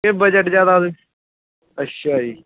ਇਹ ਬਜਟ ਜ਼ਿਆਦਾ ਅੱਛਾ ਜੀ